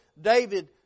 David